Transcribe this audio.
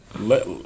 let